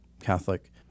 Catholic